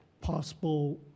possible